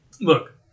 Look